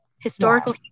Historical